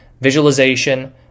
visualization